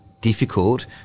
difficult